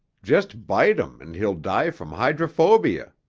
just bite him and he'll die from hydrophobia.